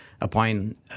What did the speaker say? appoint